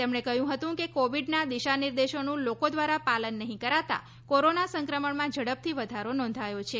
તેમણે કહ્યું હતું કે કોવિડનાં દિશા નિર્દેશોનું લોકો દ્વારા પાલન નહી કરાતા કોરોના સંક્રમણમાં ઝડપથી વધારો નોંધાયો છે